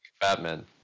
Batman